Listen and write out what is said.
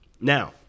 Now